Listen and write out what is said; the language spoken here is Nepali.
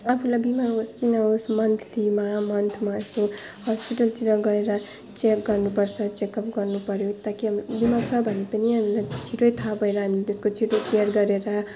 आफ्नो लागि नि होस् कि नहोस् मन्थ्लीमा मन्थमा यस्तो हस्पिटलतिर गएर चेक गर्नुपर्छ चेकअप गर्नुपऱ्यो ताकि बिमार छ भने पनि हामीलाई छिटै थाह पाएर हामी त्यसको छिटो केयर गरेर